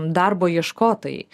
darbo ieškotojai